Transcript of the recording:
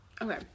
okay